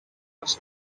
was